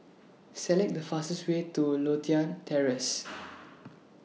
Select The fastest Way to Lothian Terrace